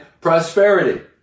prosperity